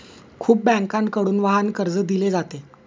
खूप बँकांकडून वाहन कर्ज दिले जाते